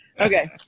Okay